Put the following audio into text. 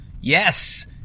Yes